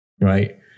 right